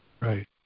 right